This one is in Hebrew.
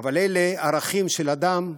אבל אלה ערכים שבין אדם לחברו.